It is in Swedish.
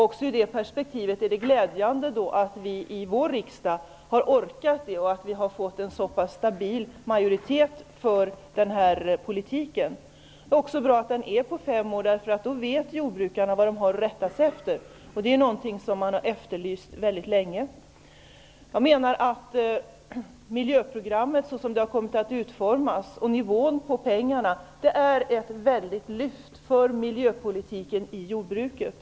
Också i det perspektivet är det glädjande att vi i vår riksdag har orkat göra det och har fått en så pass stabil majoritet för den här politiken. Det är också bra att det är ett femårsprogram, eftersom jordbrukarna då vet vad de har att rätta sig efter. Det är något som man har efterlyst mycket länge. Jag menar att miljöprogrammet, som det har kommit att utformas och nivån på pengarna, innebär ett lyft för miljöpolitiken inom jordbruket.